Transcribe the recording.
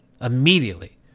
immediately